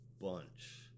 bunch